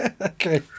Okay